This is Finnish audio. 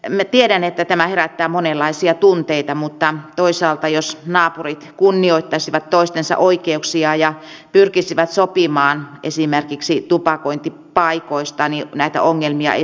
minä tiedän että tämä herättää monenlaisia tunteita mutta toisaalta jos naapurit kunnioittaisivat toistensa oikeuksia ja pyrkisivät sopimaan esimerkiksi tupakointipaikoista niin näitä ongelmia ei syntyisi